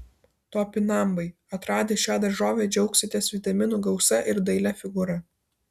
topinambai atradę šią daržovę džiaugsitės vitaminų gausa ir dailia figūra